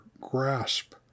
grasp